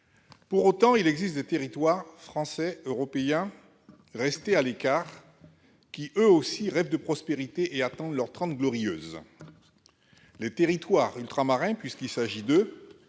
Pour autant, il existe des territoires français, européens, restés à l'écart, qui, eux aussi, rêvent de prospérité et attendent leurs « trente glorieuses ». Les territoires ultramarins, puisqu'il s'agit d'eux,